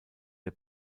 der